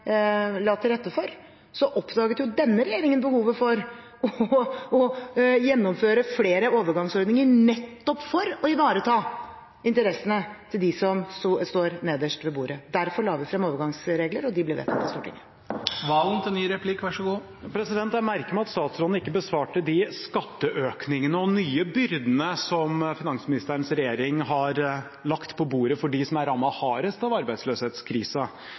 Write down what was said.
la til rette for, oppdaget denne regjeringen behovet for å gjennomføre flere overgangsordninger, nettopp for å ivareta interessene til dem som sitter nederst ved bordet. Derfor la vi frem overgangsregler, og de ble vedtatt i Stortinget. Jeg merker meg at statsråden ikke besvarte spørsmålet om skatteøkningene og de nye byrdene finansministerens regjering har lagt på bordet for dem som er rammet hardest av arbeidsløshetskrisa.